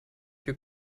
your